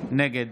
נגד